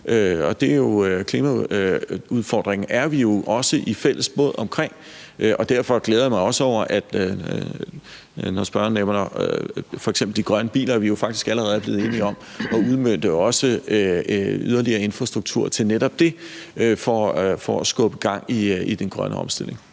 Med hensyn til klimaudfordringen er vi jo også i fælles båd, og derfor glæder jeg mig også over, at spørgeren f.eks. nævner de grønne biler. Vi er jo faktisk også allerede blevet enige om at udmønte yderligere infrastruktur til netop det for at skubbe gang i den grønne omstilling.